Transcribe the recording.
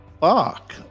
fuck